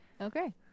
okay